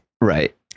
right